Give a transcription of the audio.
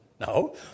No